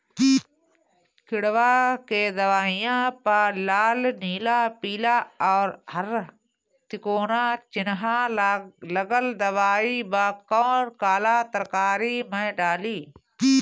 किड़वा के दवाईया प लाल नीला पीला और हर तिकोना चिनहा लगल दवाई बा कौन काला तरकारी मैं डाली?